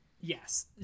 Yes